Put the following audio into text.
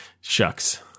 shucks